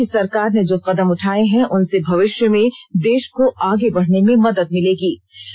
उन्होंने कहा कि सरकार ने जो कदम उठाये हैं उनसे भविष्य में देश को आगे बढ़ने में मदद मिलेगी